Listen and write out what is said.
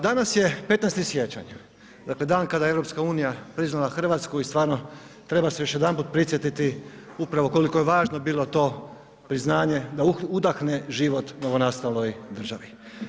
Danas je 15. siječanj, dakle dan kada je EU priznala Hrvatsku i stvarno se treba još jedanput prisjetiti upravo koliko je važno bilo to priznanje da udahne život novonastaloj državi.